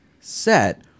set